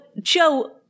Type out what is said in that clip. Joe